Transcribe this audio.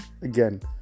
again